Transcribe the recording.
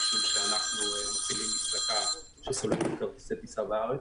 כי אנו מפעילים- -- של כרטיסי טיסה בארץ.